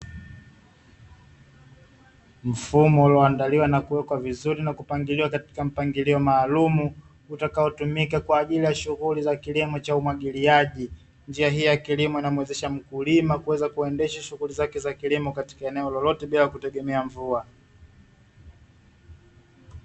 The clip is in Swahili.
Mfumo ulioandaliwa na kuwekwa vizuri na kupangiliwa katika mpangilio maalum, utakaotumika kwa ajili ya shughuli za kilimo cha umwagiliaji. Njia hii ya kilimo inayomwezesha mkulima kuweza kuendesha shughuli zake za kilimo katika eneo lolote bila kutegemea mvua.